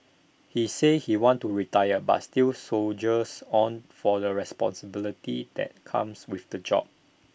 he says he wants to retire but still soldiers on for the responsibility that comes with the job